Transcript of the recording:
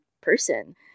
person